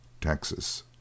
Texas